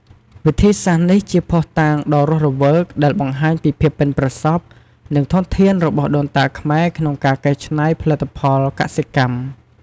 វិធីសាស្ត្រនេះជាភស្តុតាងដ៏រស់រវើកដែលបង្ហាញពីភាពប៉ិនប្រសប់ និងធនធានរបស់ដូនតាខ្មែរក្នុងការកែច្នៃផលិតផលកសិកម្ម។